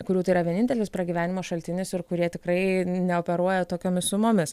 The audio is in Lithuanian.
kurių tai yra vienintelis pragyvenimo šaltinis ir kurie tikrai neoperuoja tokiomis sumomis